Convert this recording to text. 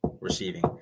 Receiving